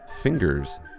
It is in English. Fingers